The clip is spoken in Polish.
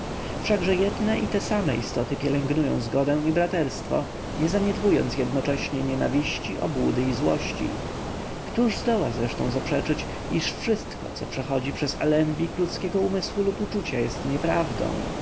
wszakże jedne i te same istoty pielęgnują zgodę i braterstwo nie zaniedbując jednocześnie nienawiści obłudy i złości któż zdoła zresztą zaprzeczyć iż wszystko co przechodzi przez alembik ludzkiego umysłu lub uczucia jest nieprawdą